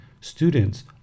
students